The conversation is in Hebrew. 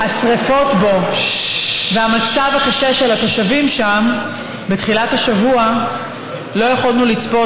השרפות בו והמצב הקשה של התושבים שם בתחילת השבוע לא יכולנו לצפות,